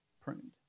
pruned